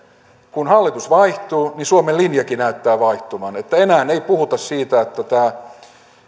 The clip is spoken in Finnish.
kun hallitus vaihtuu niin suomen linjakin näyttää vaihtuvan enää ei puhuta siitä että tämä